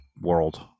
world